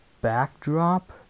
backdrop